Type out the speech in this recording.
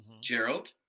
Gerald